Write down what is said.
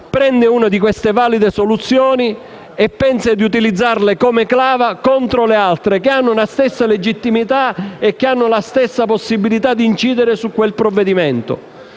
prende una di queste valide soluzioni e si pensa di utilizzarle come clava contro le altre, che hanno la stessa legittimità e che hanno la stessa possibilità di incidere su quel provvedimento.